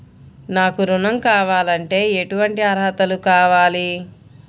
నాకు ఋణం కావాలంటే ఏటువంటి అర్హతలు కావాలి?